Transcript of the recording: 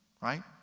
right